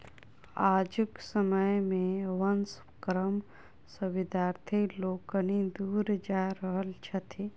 आजुक समय मे वंश कर्म सॅ विद्यार्थी लोकनि दूर जा रहल छथि